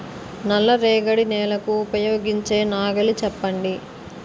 నల్ల రేగడి నెలకు ఉపయోగించే నాగలి చెప్పండి?